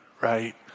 right